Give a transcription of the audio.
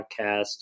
podcast